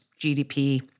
GDP